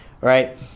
right